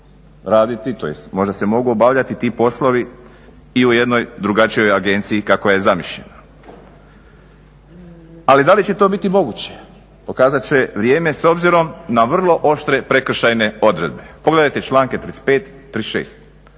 raditi tj. možda se mogu obavljati ti poslovi i u jednoj drugačijoj agenciji kako je i zamišljena. Ali da li će to biti moguće, pokazat će vrijeme s obzirom na vrlo oštre prekršajne odredbe. Pogledajte članke 35.,